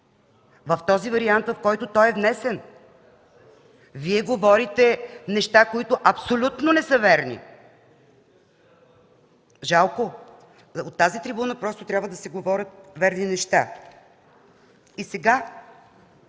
във варианта, в който е внесен. Вие говорите неща, които абсолютно не са верни. Жалко. От тази трибуна трябва да се говорят верни неща! И сега,